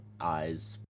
eyes